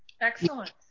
Excellent